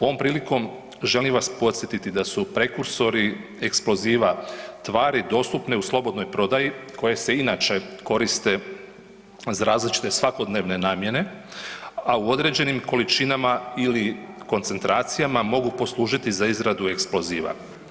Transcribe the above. Ovom prilikom želim vas podsjetiti da su prekursori eksploziva tvari dostupne u slobodnoj prodaji koje se inače koriste za različite svakodnevne namjene a u određenim količinama ili koncentracijama, mogu poslužiti za izradu eksploziva.